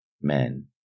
Men